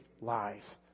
lies